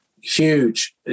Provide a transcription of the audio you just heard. huge